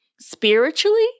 spiritually